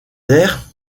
airs